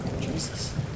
Jesus